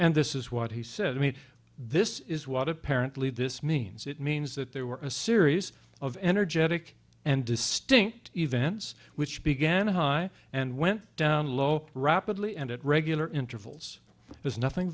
and this is what he said i mean this is what apparently this means it means that there were a series of energetic and distinct events which began high and went down low rapidly and at regular intervals is nothing